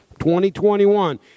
2021